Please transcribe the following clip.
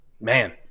Man